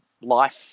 life